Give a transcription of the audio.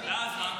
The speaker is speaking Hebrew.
ואז מה?